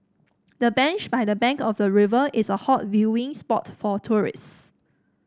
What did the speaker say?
the bench by the bank of the river is a hot viewing spot for tourist